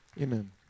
Amen